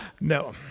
No